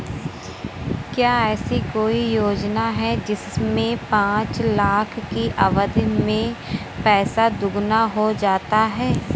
क्या ऐसी कोई योजना है जिसमें पाँच साल की अवधि में पैसा दोगुना हो जाता है?